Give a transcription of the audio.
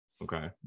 okay